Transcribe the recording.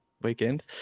weekend